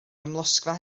amlosgfa